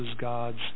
God's